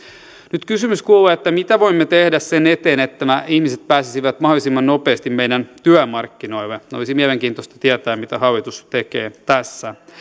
nyt kysymys kuuluu mitä voimme tehdä tehdä sen eteen jotta nämä ihmiset pääsisivät mahdollisimman nopeasti meidän työmarkkinoille olisi mielenkiintoista tietää mitä hallitus tekee tässä